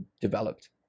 developed